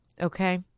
Okay